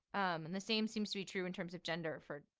um and the same seems to be true in terms of gender for,